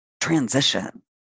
transition